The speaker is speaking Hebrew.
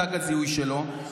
תג הזיהוי שלו,